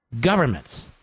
governments